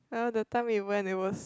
uh the time we went it was